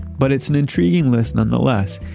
but it's an intriguing list nonetheless.